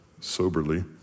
soberly